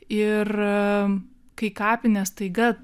ir kai kapinės staiga